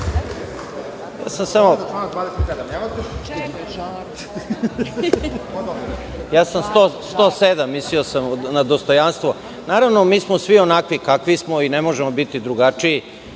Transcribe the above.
član 107, mislio sam na dostojanstvo. Naravno, mi smo svi onakvi kakvi smo i ne možemo biti drugačiji